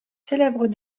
célèbres